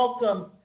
Welcome